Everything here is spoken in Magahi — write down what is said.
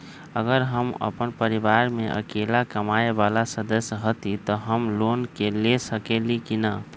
अगर हम अपन परिवार में अकेला कमाये वाला सदस्य हती त हम लोन ले सकेली की न?